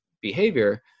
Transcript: behavior